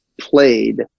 played